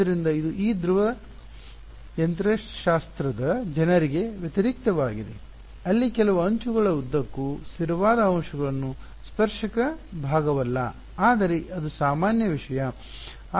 ಆದ್ದರಿಂದ ಇದು ಈ ದ್ರವ ಯಂತ್ರಶಾಸ್ತ್ರದ ಜನರಿಗೆ ವ್ಯತಿರಿಕ್ತವಾಗಿದೆ ಅಲ್ಲಿ ಕೆಲವು ಅಂಚುಗಳ ಉದ್ದಕ್ಕೂ ಸ್ಥಿರವಾದ ಅಂಶವು ಸ್ಪರ್ಶಕ ಭಾಗವಲ್ಲ ಆದರೆ ಅದು ಸಾಮಾನ್ಯ ವಿಷಯ